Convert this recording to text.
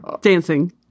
dancing